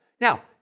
Now